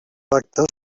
actes